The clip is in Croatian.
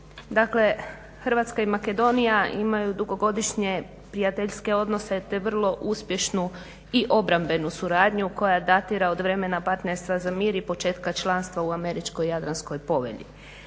Dakle Hrvatska i Makedonija imaju dugogodišnje prijateljske odnose te vrlo uspješnu i obrambenu suradnju koja datira od vremena partnerstva za mir i početka članstva u Američko-Jadranskoj povelji.